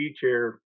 chair